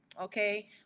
Okay